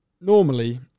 normally